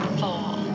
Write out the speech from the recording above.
fall